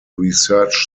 research